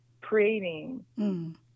creating